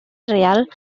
real